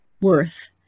worth